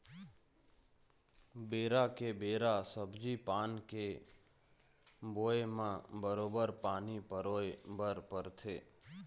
बेरा के बेरा सब्जी पान के बोए म बरोबर पानी पलोय बर परथे